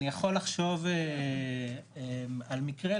אני יכול לחשוב על מקרה,